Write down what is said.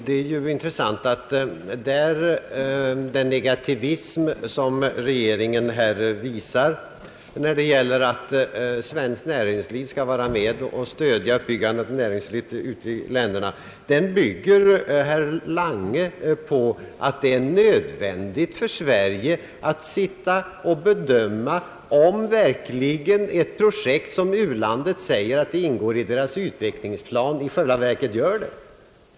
Det är intressant att konstatera, att den negativism som regeringen här visar mot att svenskt näringsliv skall vara med och stödja uppbyggandet av näringslivet i u-länderna bygger herr Lange på med att det är nödvändigt för Sverige att mycket ingående bedöma om ett projekt, som u-landet påstår ingår i dess utvecklingsplan, i själva verket gör det.